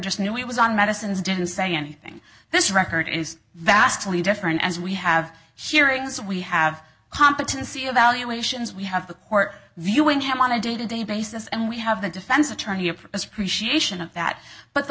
just knew it was on medicines didn't say anything this record is vastly different as we have hearings we have competency evaluations we have the court viewing him on a day to day basis and we have the defense attorney appreciation of that but the